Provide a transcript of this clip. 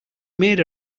made